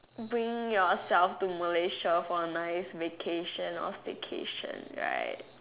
bring yourself to Malaysia for a nice vacation or staycation right